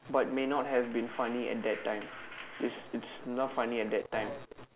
but may not have been funny at that time it's it's not funny at that time